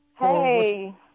Hey